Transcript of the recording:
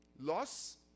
loss